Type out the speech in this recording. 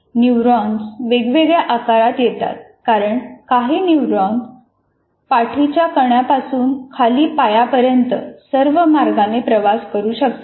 neurons वेगवेगळ्या आकारात येतात कारण काही न्यूरॉन्स पाठीच्या कण्यापासून खाली पायापर्यंत सर्व मार्गाने प्रवास करू शकतात